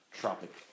Tropic